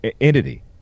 entity